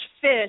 fish